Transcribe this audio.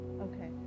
Okay